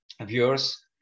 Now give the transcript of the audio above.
viewers